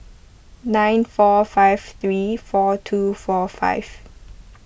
nine four five three four two four five